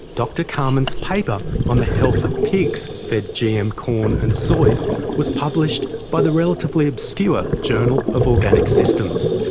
dr carman's paper on the health of pigs fed gm corn and soy was published by the relatively obscure journal of organic systems.